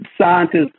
scientists